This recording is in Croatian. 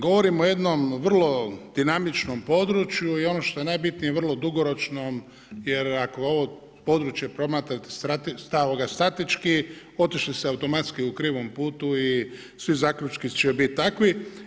Govorim o jednom vrlo dinamičnom području i ono što je najbitnije, vrlo dugoročnom jer ako ovo područje promatrate statički, otišli ste automatski u krivom putu i svi zaključci će biti takvi.